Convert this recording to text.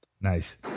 Nice